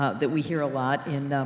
ah that we hear a lot in,